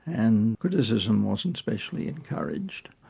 and criticism wasn't specially encouraged.